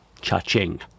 cha-ching